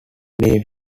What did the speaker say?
navy